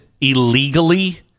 illegally